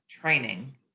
training